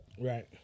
Right